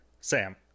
Sam